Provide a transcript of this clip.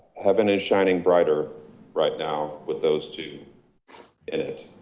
heaven is shining brighter right now with those two in it.